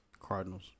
Cardinals